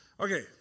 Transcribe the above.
okay